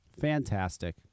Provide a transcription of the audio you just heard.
Fantastic